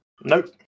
Nope